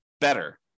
better